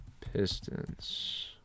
Pistons